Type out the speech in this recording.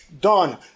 done